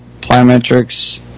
plyometrics